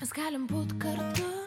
mes galim būt kartu